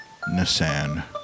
nissan